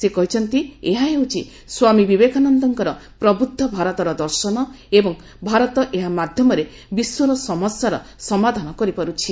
ସେ କହିଛନ୍ତି ଏହା ହେଉଛି ସ୍ୱାମୀ ବିବେକାନନ୍ଦଙ୍କର ପ୍ରବୁଦ୍ଧ ଭାରତର ଦର୍ଶନ ଏବଂ ଭାରତ ଏହା ମାଧ୍ୟମରେ ବିଶ୍ୱର ସମସ୍ୟାର ସମାଧାନ କରିପାରୁଛି